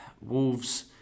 Wolves